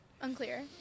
Unclear